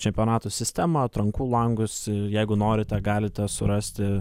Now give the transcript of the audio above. čempionatų sistemą atrankų langus jeigu norite galite surasti